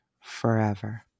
forever